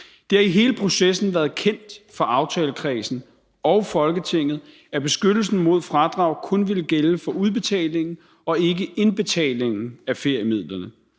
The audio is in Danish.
Det har i hele processen været kendt for aftalekredsen og for Folketinget, at beskyttelsen mod fradrag kun vil gælde for udbetalingen og ikke for indbetalingen af feriemidlerne.